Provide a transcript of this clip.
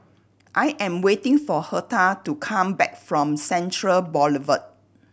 I am waiting for Hertha to come back from Central Boulevard